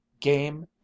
game